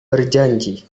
berjanji